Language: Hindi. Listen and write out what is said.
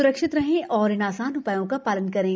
स्रक्षित रहें और इन आसान उप्रायों का शालन करें